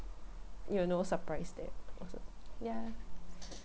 you know surprise them also ya